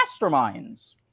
masterminds